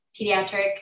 pediatric